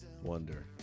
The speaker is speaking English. wonder